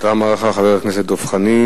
תודה רבה לך, חבר הכנסת דב חנין.